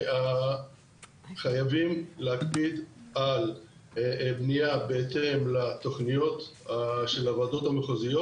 חייבים להקפיד על בנייה בהתאם לתכניות של הוועדות המחוזיות